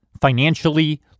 financially